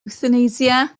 ewthanasia